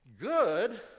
Good